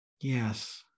Yes